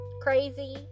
Crazy